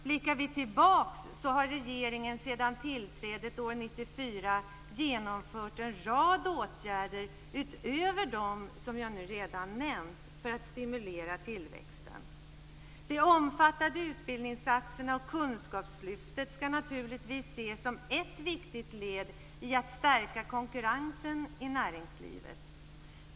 Blickar vi tillbaka ser vi att regeringen sedan tillträdet år 1994 genomfört en rad åtgärder, utöver dem som jag nu redan nämnt, för att stimulera tillväxten. De omfattande utbildningssatsningarna och kunskapslyftet skall naturligtvis ses som ett viktigt led i att stärka konkurrensen i näringslivet.